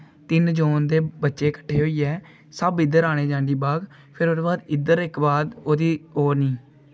तिन्न जोन ते बच्चे किट्ठे होइयै सब इद्धर आने जांडी बाग फिर ओह्दे बाद इद्धर इक बार ओह्दी ओह् होनी